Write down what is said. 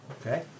Okay